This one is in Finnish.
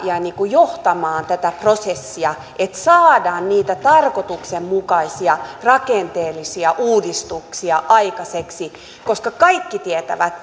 johtamaan tätä prosessia että saadaan niitä tarkoituksenmukaisia rakenteellisia uudistuksia aikaiseksi kaikki tietävät